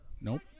Nope